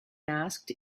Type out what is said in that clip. asked